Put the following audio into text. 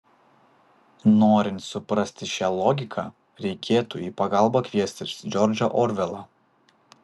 norint suprasti šią logiką reikėtų į pagalbą kviestis džordžą orvelą